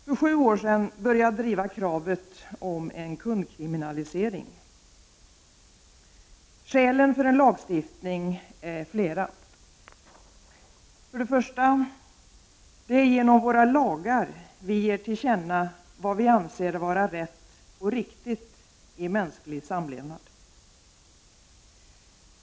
För sju år sedan började jag driva kravet om en kundkriminalisering. Skälen för en lagstiftning är flera. För det första: Det är genom våra lagar vi ger till känna vad vi anser vara rätt och orätt i mänsklig samlevnad.